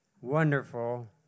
wonderful